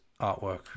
artwork